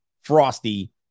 frosty